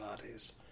bodies